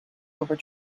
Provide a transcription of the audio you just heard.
over